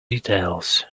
details